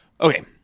Okay